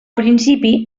principi